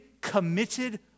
committed